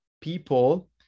people